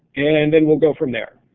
and then we'll go from there.